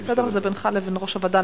זה בינך לבין ראש הוועדה.